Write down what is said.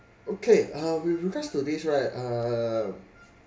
okay uh with regards to this right uh